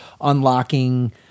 unlocking